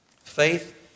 Faith